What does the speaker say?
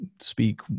speak